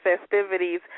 festivities